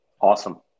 Awesome